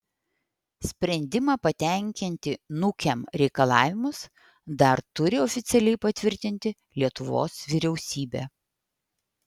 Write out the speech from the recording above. sprendimą patenkinti nukem reikalavimus dar turi oficialiai patvirtinti lietuvos vyriausybė